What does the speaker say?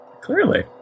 Clearly